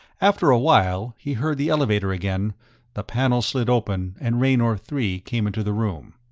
after a while he heard the elevator again the panel slid open and raynor three came into the room.